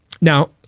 Now